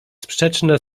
sprzeczne